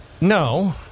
no